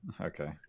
okay